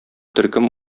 төркем